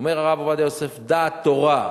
אומר הרב עובדיה יוסף: דעת תורה,